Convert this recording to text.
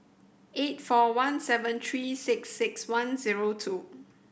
eight four one seven three six six one zero two